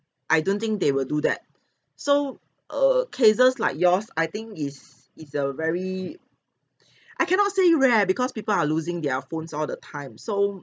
I don't think they will do that so err cases like yours I think is is a very I cannot say rare because people are losing their phones all the time so